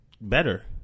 better